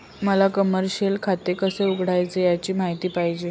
मला कमर्शिअल खाते कसे उघडायचे याची माहिती पाहिजे